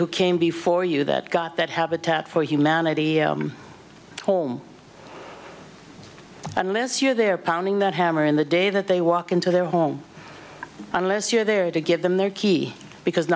who came before you that got that habitat for humanity home unless you're there pounding that hammer in the day that they walk into their home unless you're there to give them their key because